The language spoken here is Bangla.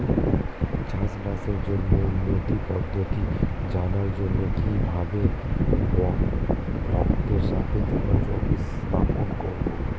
চাষবাসের জন্য উন্নতি পদ্ধতি জানার জন্য কিভাবে ভক্তের সাথে যোগাযোগ স্থাপন করব?